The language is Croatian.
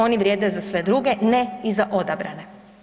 Oni vrijede za sve druge, ne i za odabrane.